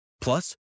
Plus